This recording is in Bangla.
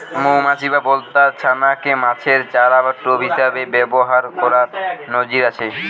মউমাছি বা বলতার ছানা কে মাছের চারা বা টোপ হিসাবে ব্যাভার কোরার নজির আছে